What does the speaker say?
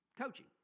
coaching